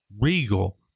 regal